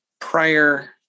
prior